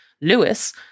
Lewis